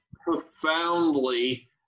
profoundly